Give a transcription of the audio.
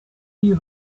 you